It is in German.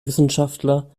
wissenschaftler